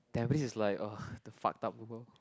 Tampines is like the fucked up people